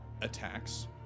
attacks